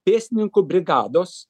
pėstininkų brigados